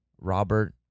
Robert